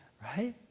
right?